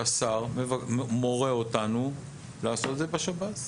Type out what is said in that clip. שהשר מורה אותנו לעשות את שירות בתי הסוהר.